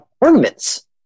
ornaments